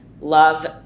love